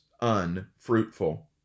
unfruitful